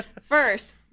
first